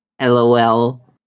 Lol